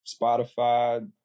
spotify